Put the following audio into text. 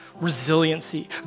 resiliency